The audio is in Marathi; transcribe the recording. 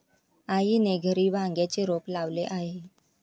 आईने घरी वांग्याचे रोप लावले आहे